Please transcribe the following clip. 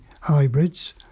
hybrids